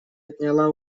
отняла